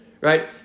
right